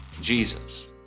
Jesus